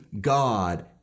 God